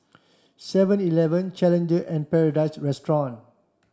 Seven Eleven Challenger and Paradise Restaurant